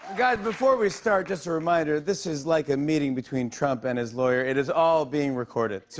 guys, before we start, just a reminder, this is like a meeting between trump and his lawyer. it is all being recorded. so,